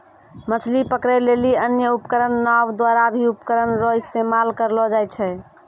मछली पकड़ै लेली अन्य उपकरण नांव द्वारा भी उपकरण रो इस्तेमाल करलो जाय छै